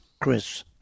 Chris